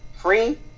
free